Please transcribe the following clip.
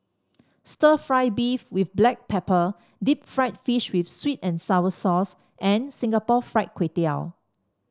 stir fry beef with Black Pepper Deep Fried Fish with sweet and sour sauce and Singapore Fried Kway Tiao